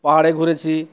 পাহাড়ে ঘুরেছি